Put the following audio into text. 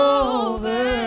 over